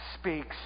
speaks